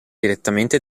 direttamente